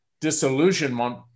disillusionment